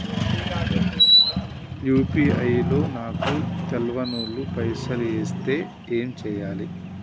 UPI లో నాకు తెల్వనోళ్లు పైసల్ ఎస్తే ఏం చేయాలి?